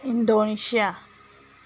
Indonesia